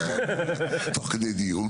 תוך כדי דיון